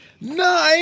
Nine